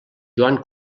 joan